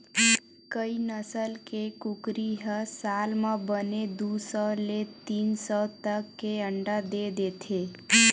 कइ नसल के कुकरी ह साल म बने दू सौ ले तीन सौ तक के अंडा दे देथे